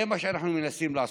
זה מה שאנחנו מנסים לעשות.